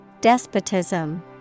Despotism